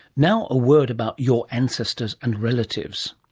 now a word about your ancestors and relatives.